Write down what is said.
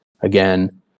again